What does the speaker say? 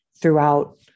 throughout